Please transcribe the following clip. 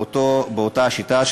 באותה שיטה,